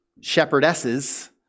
shepherdesses